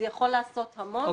זה יכול לעשות המון.